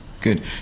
Good